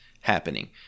happening